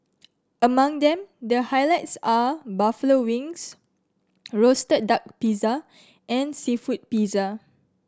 among them the highlights are buffalo wings roasted duck pizza and seafood pizza